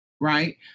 Right